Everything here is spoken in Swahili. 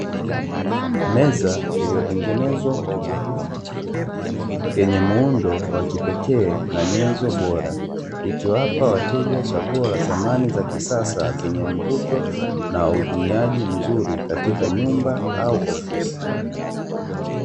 Meza iliyo tengenezwa kwa ubunifu mkubwa yenye muundo wa kipekee na nyenzo bora, ikiwapa wateja chaguo la samani za kisasa zenye mvuto na utumiaji mzuri katika nyumba au ofisi.